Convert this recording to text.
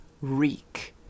reek